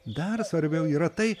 dar svarbiau yra tai